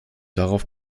darauf